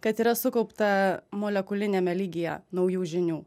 kad yra sukaupta molekuliniame lygyje naujų žinių